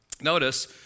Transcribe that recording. notice